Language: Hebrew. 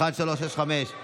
1365,